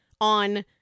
on